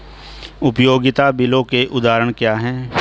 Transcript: उपयोगिता बिलों के उदाहरण क्या हैं?